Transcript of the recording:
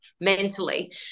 mentally